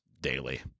daily